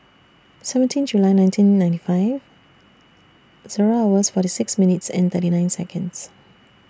seventeen July nineteen ninety five Zero hours forty six minutes and thirty nine Seconds